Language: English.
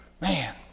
Man